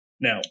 Now